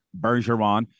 Bergeron